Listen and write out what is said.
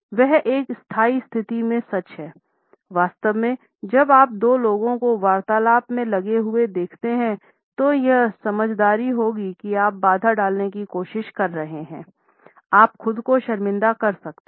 वह एक स्थायी स्थिति में सच है वास्तव में जब आप दो लोगों को वार्तालाप में लगे हुए देखते हैं तब यह समझदारी होगी कि आप बाधा डालने की कोशिश न करें आप खुद को शर्मिंदा कर सकते हैं